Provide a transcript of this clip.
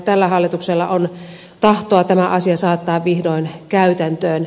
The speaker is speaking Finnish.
tällä hallituksella on tahtoa tämä asia saattaa vihdoin käytäntöön